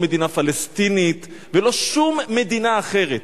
לא מדינה פלסטינית ולא שום מדינה אחרת.